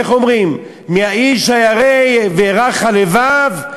איך אומרים: מי האיש הירא ורך הלבב,